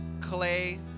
clay